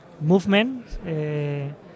movement